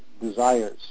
desires